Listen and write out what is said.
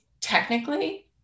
technically